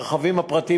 לגבי הרכבים הפרטיים,